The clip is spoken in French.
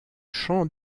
champ